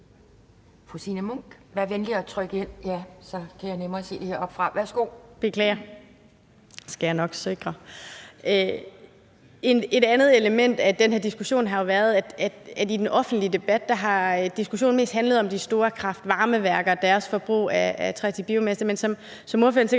Fru Signe Munk. Vær venlig at trykke ind – ja. Så kan jeg nemmere se det heroppefra. Værsgo. Kl. 11:52 Signe Munk (SF): Beklager. Det skal jeg nok sikre. Et andet element af den her diskussion har jo været, at i den offentlige debat har diskussionen mest handlet om de store kraft-varme-værker og deres forbrug af træ til biomasse. Men som ordføreren sikkert